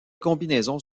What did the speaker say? combinaisons